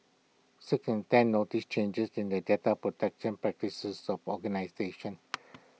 six in ten noticed changes in the data protection practices of organisations